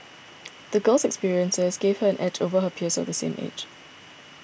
the girl's experiences gave her an edge over her peers of the same age